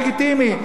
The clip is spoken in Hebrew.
זה לגיטימי,